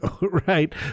Right